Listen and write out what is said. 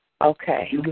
Okay